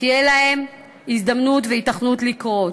תהיה להם הזדמנות או היתכנות לקרות.